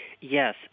Yes